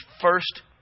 first